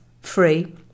free